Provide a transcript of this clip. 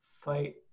fight